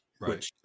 right